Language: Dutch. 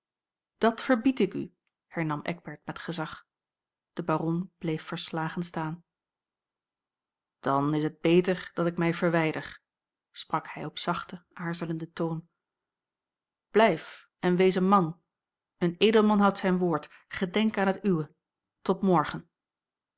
dat verbied ik u hernam eckbert met gezag de baron bleef verslagen staan dan is het beter dat ik mij verwijder sprak hij op zachten aarzelenden toon blijf en wees een man een edelman houdt zijn woord gedenk aan het uwe tot morgen